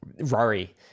RARI